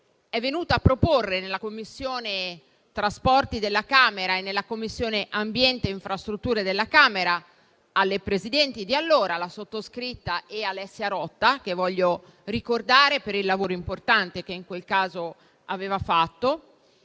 è venuta nella Commissione trasporti della Camera e nella Commissione ambiente e infrastrutture della Camera, alle Presidenti di allora, ossia la sottoscritta e Alessia Rotta, che voglio ricordare per il lavoro importante che in quel caso aveva fatto.